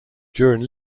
during